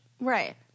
right